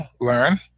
learn